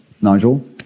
Nigel